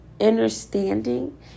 understanding